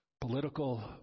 Political